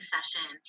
Session